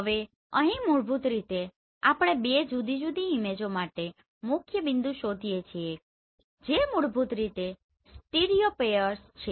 હવે અહીં મૂળભૂત રીતે આપણે બે જુદી જુદી ઈમેજો માટે મુખ્યબિંદુ શોધીએ છીએ જે મૂળભૂત રીતે સ્ટીરિયોપેયર્સ છે